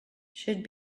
should